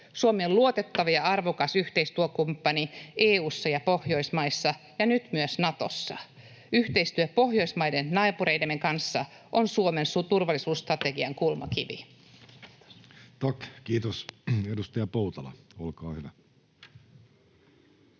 koputtaa] luotettava ja arvokas yhteistyökumppani EU:ssa ja Pohjoismaissa ja nyt myös Natossa. Yhteistyö pohjoismaisten naapureidemme kanssa on Suomen turvallisuusstrategian kulmakivi. [Speech 17] Speaker: Jussi Halla-aho